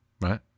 Right